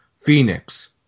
Phoenix